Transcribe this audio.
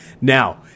Now